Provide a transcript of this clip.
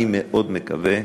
אני מאוד מקווה,